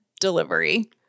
delivery